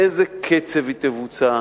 באיזה קצב היא תבוצע.